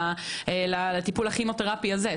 לטיפול הכימותרפי הזה.